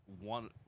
one